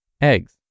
eggs